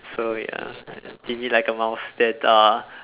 so ya timid like a mouse then uh